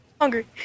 Hungry